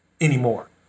anymore